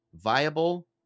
viable